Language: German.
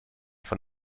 von